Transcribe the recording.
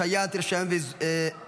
השהיית רישיון יזומה),